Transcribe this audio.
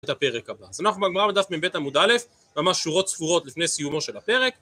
את הפרק הבא. אז אנחנו בגמרא בדף מ"ב עמוד א', ממש שורות ספורות לפני סיומו של הפרק